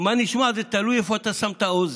מה נשמע, זה תלוי איפה אתה שם את האוזן.